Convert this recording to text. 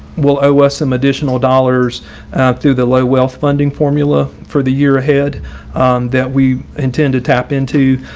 will owe us some additional dollars through the low wealth funding formula for the year ahead that we intend to tap into.